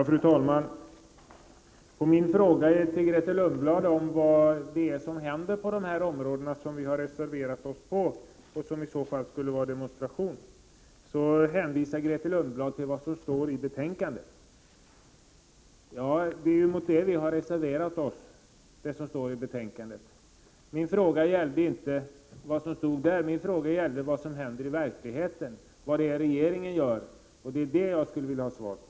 Fru talman! Jag frågade Grethe Lundblad om vad det är som händer på de områden där vi reserverat oss — Grethe Lundblad antydde att det var en demonstration från vår sida. Grethe Lundblad hänvisade då till vad som står i betänkandet. Ja, det är mot det som vi har reserverat oss. Min fråga handlade inte om vad som står i betänkandet, utan om vad som händer i verkligheten och vad regeringen gör. Det är vad jag skulle vilja ha svar på.